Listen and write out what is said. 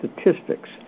statistics